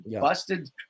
busted